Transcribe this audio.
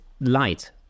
light